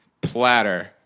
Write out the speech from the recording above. platter